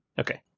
Okay